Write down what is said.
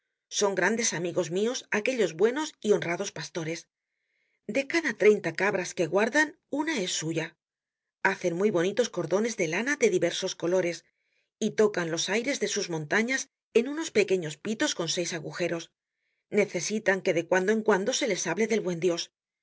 son grandes amigos mios aquellos buenos y honrados pastores de cada treinta cabras que guardan una es suya hacen muy bonitos cordones de lana de diversos colores y tocan los aires de sus montañas en unos pequeños pitos con seis agujeros necesitan que de cuando en cuando se les hable del buen dios